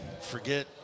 Forget